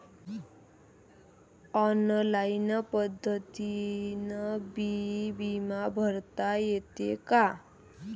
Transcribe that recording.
Online पद्धतीनं बी बिमा भरता येते का?